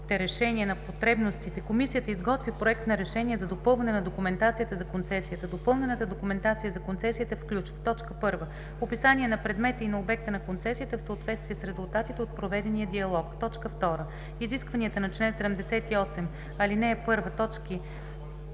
решения на потребностите, комисията изготвя проект на решение за допълване на документацията за концесията. Допълнената документация за концесията включва: 1. описание на предмета и на обекта на концесията в съответствие с резултатите от проведения диалог; 2. изискванията на чл. 78, ал. 1,